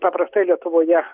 paprastai lietuvoje